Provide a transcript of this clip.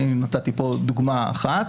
אני נתתי פה דוגמה אחת,